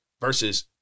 versus